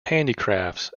handicrafts